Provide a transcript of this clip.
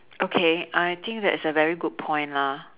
okay I think that is a very good point lah